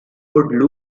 would